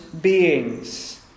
beings